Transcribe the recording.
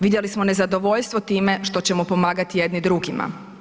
Vidjeli smo nezadovoljstvo time što ćemo pomagati jedni drugima.